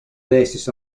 basis